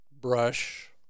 brush